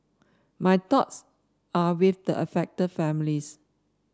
my thoughts are with the affected families